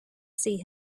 see